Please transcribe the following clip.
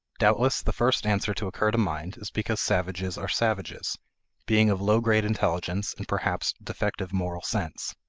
doubtless the first answer to occur to mind is because savages are savages being of low-grade intelligence and perhaps defective moral sense.